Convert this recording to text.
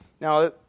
Now